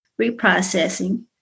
reprocessing